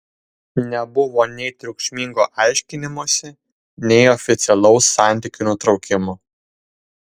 nebuvo nei triukšmingo aiškinimosi nei oficialaus santykių nutraukimo